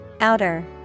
Outer